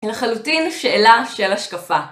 לחלוטין שאלה של השקפה.